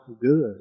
good